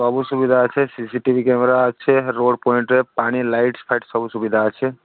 ସବୁ ସୁବିଧା ଅଛି C C T V camera ଅଛି ରୋଡ୍ ପଏଣ୍ଟରେ ପାଣି ଲାଇଟ ଫାଇଟ ସବୁ ସୁବିଧା ଅଛି